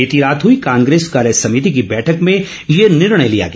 बीती रात हुई कांग्रेस कार्यसभिति की बैठक में ये निर्णय लिया गया